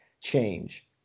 change